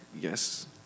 Yes